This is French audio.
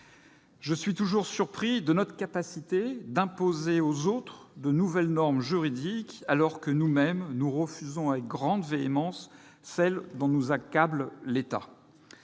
Je suis toujours surpris de notre capacité d'imposer aux autres de nouvelles normes juridiques alors que nous refusons avec grande véhémence celles dont nous accable l'État